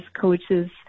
coaches